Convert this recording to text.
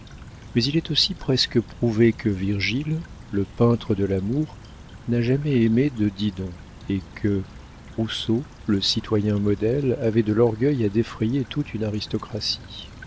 mais il est aussi presque prouvé que virgile le peintre de l'amour n'a jamais aimé de dinon et que rousseau le citoyen modèle avait de l'orgueil à défrayer toute une aristocratie